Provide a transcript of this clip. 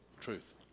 truth